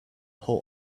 whole